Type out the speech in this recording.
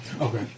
Okay